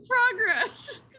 progress